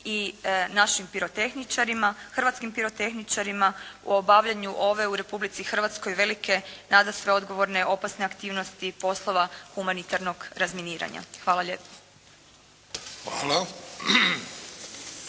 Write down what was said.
i našim pirotehničarima, hrvatskim pirotehničarima u obavljanju ove u Republici Hrvatskoj velike nadasve odgovorne, opasne aktivnosti poslova humanitarnog razminiranja. Hvala lijepa.